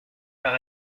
par